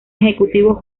ejecutivo